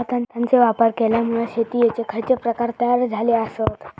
खतांचे वापर केल्यामुळे शेतीयेचे खैचे प्रकार तयार झाले आसत?